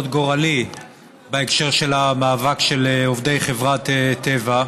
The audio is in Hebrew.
גורלי בהקשר של המאבק של עובדי חברת טבע.